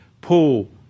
Paul